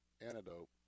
antidote